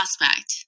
prospect